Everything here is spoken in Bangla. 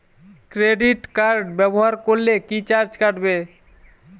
ক্রেডিট কার্ড ব্যাবহার করলে কি চার্জ কাটবে?